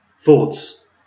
thoughts